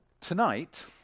Tonight